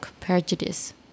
prejudice